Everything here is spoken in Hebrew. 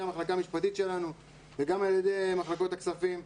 ‏המחלקה המשפטית שלנו וגם על ידי מחלקות הכספים.